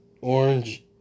Orange